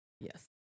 yes